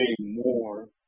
more